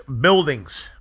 buildings